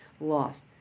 lost